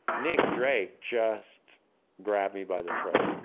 nick drake just grabbed me by the throat.